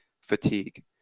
fatigue